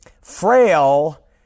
frail